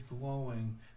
glowing